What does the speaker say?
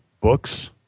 books